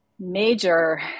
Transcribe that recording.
major